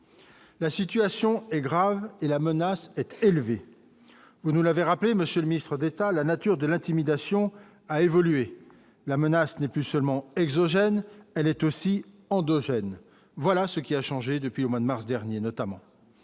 la situation est grave et la menace élevé, vous nous l'avez rappelé monsieur le Ministre d'État à la nature de l'intimidation a évolué, la menace n'est plus seulement exogènes, elle est aussi en 2 semaines, voilà ce qui a changé depuis le mois de mars dernier, notamment